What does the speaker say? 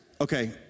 Okay